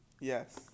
yes